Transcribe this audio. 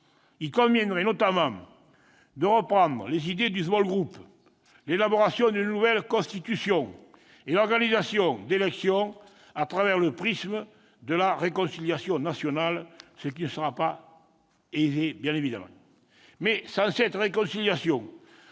Il conviendrait notamment de reprendre les idées du : l'élaboration d'une nouvelle Constitution et l'organisation d'élections à travers le prisme de la réconciliation nationale, ce qui, bien évidemment, ne sera pas aisé. Reste que, sans cette réconciliation